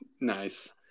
Nice